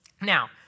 Now